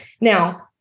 Now